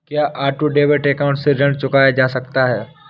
क्या auto debit account से ऋण चुकाया जा सकता है?